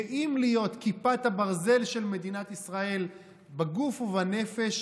הם גאים להיות כיפת הברזל של מדינת ישראל בגוף ובנפש,